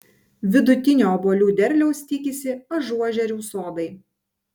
vidutinio obuolių derliaus tikisi ažuožerių sodai